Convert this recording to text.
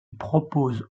propose